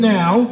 now